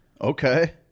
Okay